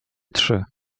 trzy